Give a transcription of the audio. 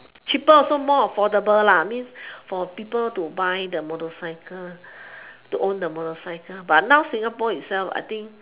cheaper also more affordable I mean for people to buy the motorcycle to own the motorcycle but now singapore itself I think